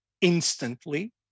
instantly